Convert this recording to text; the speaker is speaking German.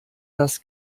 das